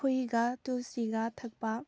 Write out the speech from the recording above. ꯈꯣꯏꯍꯤꯒ ꯇꯨꯜꯁꯤꯒ ꯊꯛꯄ